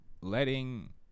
letting